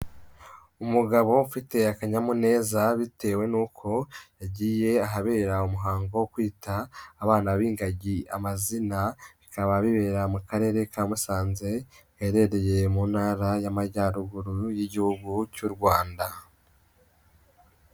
Umugabo ufite akanyamuneza, bitewe n'uko yagiye ahabera umuhango wo kwita abana b'ingagi amazina, bikaba bibera mu Karere ka Musanze, gaherereye mu Ntara y'Amajyaruguru, y'Igihugu cy'u Rwanda.